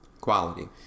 quality